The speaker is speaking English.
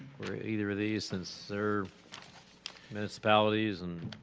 for either of these and serve municipalities and?